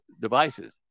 devices